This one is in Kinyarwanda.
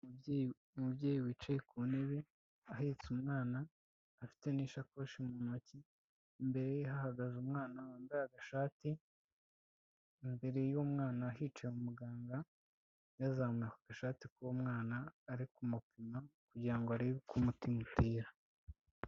Umubyeyi wicaye ku ntebe ahetse umwana afite n'ishakoshi mu ntoki. Imbere ye hahagaze umwana wambaye agashati. Imbere y'umwana hicaye umuganga yazamuye agashati k'umwana arikumupima kugira ngo arebe uko umutima utera.